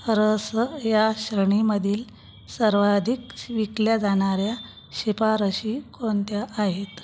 रस या श्रेणीमधील सर्वाधिक विकल्या जाणाऱ्या शिफारशी कोणत्या आहेत